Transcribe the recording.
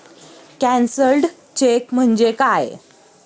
Cancelled cheque म्हणजे काय?